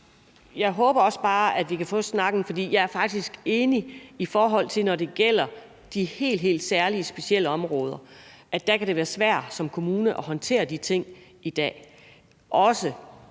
Jeg håber også bare, at vi kan få snakken, for jeg er faktisk enig, i forhold til når det gælder de helt, helt særlige specielle områder. Der kan det som kommune være svært at håndtere de ting i dag,